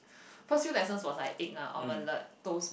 first few lessons was like egg lah omelette toast